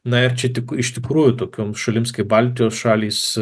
na ir čia tik iš tikrųjų tokioms šalims kaip baltijos šalys